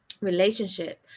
relationship